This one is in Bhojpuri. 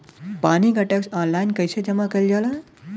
पानी क टैक्स ऑनलाइन कईसे जमा कईल जाला?